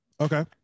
Okay